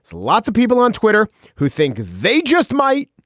lots of people on twitter who think they just might.